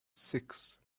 six